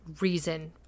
reason